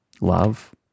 love